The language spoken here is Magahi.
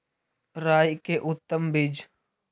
राई के उतम बिज?